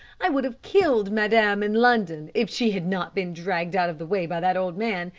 i would have killed madame in london if she had not been dragged out of the way by that old man,